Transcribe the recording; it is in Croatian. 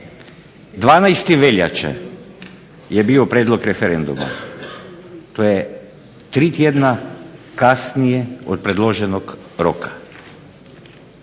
12. veljače je bio prijedlog referenduma, to je tri tjedna kasnije od predloženog roka,